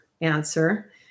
answer